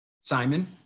Simon